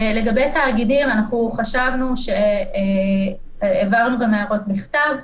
לגבי תאגידים העברנו גם הערות בכתב.